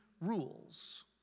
rules